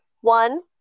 one